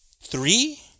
Three